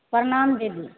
प्रणाम दीदी